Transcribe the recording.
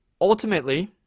Ultimately